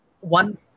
one